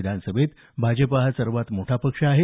विधानसभेत भाजप हा सर्वात मोठा पक्ष आहे